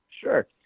Sure